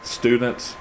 students